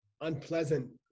unpleasant